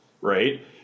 right